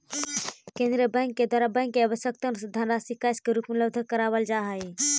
केंद्रीय बैंक के द्वारा बैंक के आवश्यकतानुसार धनराशि कैश के रूप में उपलब्ध करावल जा हई